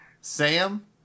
Sam